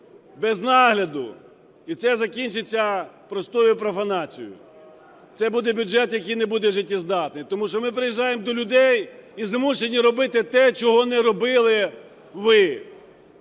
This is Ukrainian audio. без нагляду і це закінчиться простою профанацією, це буде бюджет, який не буде життєздатний. Тому що ми приїжджаємо до людей і змушені робити те, чого не робили ви.